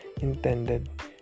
intended